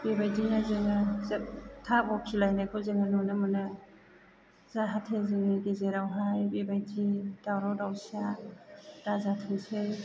बेबायदिनो जोङो जोबथा बखिलायनायखौ जोङो नुनो मोनो जाहाथे जोंनि गेजेरावहाय बेबायदि दावराव दावसिया दाजाथोंसै